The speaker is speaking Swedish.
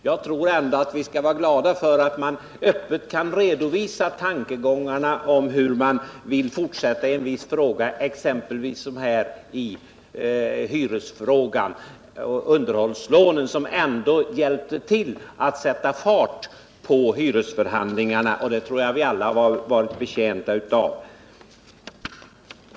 Jag tror att vi skall vara glada för att regeringen öppet kan redovisa tankegångarna hur den vill fortsätta att agera i en viss fråga, exempelvis som här i fråga om hyrorna och underhållslånen. Detta har hjälpt till att sätta fart på hyresförhandlingarna — och det tror jag att vi alla har varit betjänta av.